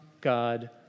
God